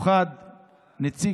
קיבלתי היא שחי אלמידאן בעיר לא נסגר,